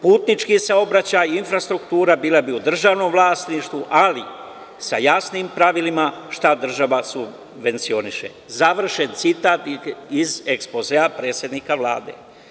Putnički saobraćaj, infrastruktura bila bi u državnom vlasništvu, ali sa jasnim pravilima šta država subvencioniše.“ Završen citat iz ekspozea predsednika Vlade.